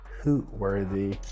hoot-worthy